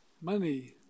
money